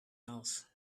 else